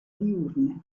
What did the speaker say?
diurne